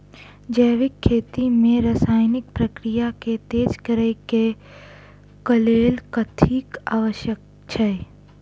जैविक खेती मे रासायनिक प्रक्रिया केँ तेज करै केँ कऽ लेल कथी आवश्यक छै?